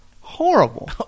horrible